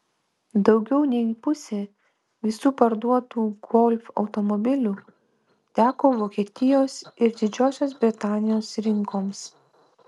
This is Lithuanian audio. daugiau nei pusė visų parduotų golf automobilių teko vokietijos ir didžiosios britanijos rinkoms